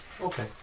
Okay